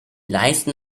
leisten